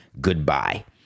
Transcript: Goodbye